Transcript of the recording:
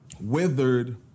Withered